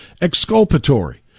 exculpatory